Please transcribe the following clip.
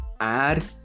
add